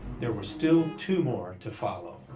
there were still two more to follow.